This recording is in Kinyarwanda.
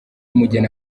umugeni